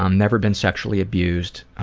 um never been sexually abused.